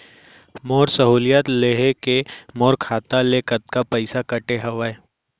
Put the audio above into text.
मोर सहुलियत लेहे के मोर खाता ले कतका पइसा कटे हवये?